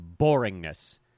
boringness